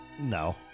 No